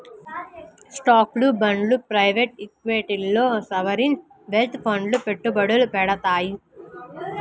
స్టాక్లు, బాండ్లు ప్రైవేట్ ఈక్విటీల్లో సావరీన్ వెల్త్ ఫండ్లు పెట్టుబడులు పెడతాయి